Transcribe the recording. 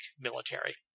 military